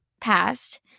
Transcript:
passed